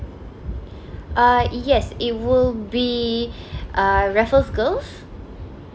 uh yes it will be err raffles girls'